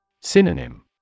Synonym